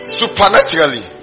supernaturally